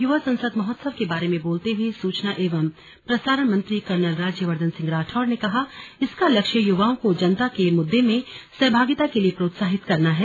युवा संसद महोत्सव के बारे में बोलते हुए सूचना एवं प्रसारण मंत्री कर्नल राज्यवर्धन सिंह राठौड़ ने कहा इसका लक्ष्य युवाओं को जनता के मुद्दों में सहभागिता के लिए प्रोत्साहित करना है